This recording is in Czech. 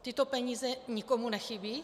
Tyto peníze nikomu nechybí?